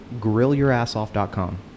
GrillYourAssOff.com